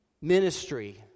ministry